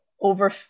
over